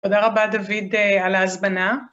תודה רבה דוד על ההזמנה.